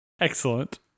excellent